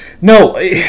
No